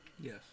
Yes